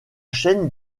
chaîne